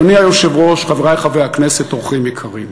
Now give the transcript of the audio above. אדוני היושב-ראש, חברי חברי הכנסת, אורחים יקרים,